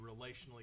relationally